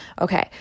Okay